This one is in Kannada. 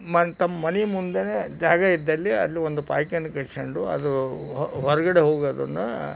ಮನ್ ತಮ್ಮ ಮನೆ ಮುಂದೆನೇ ಜಾಗ ಇದ್ದಲ್ಲಿ ಅಲ್ಲಿ ಒಂದು ಪಾಯ್ಕಾನೆ ಕಟ್ಟಿಸ್ಕೊಂಡು ಅದು ಹೊರಗಡೆ ಹೋಗೋದನ್ನ